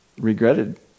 regretted